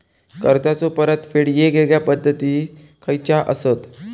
कर्जाचो परतफेड येगयेगल्या पद्धती खयच्या असात?